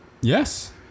Yes